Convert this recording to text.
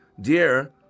Dear